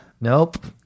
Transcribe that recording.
Nope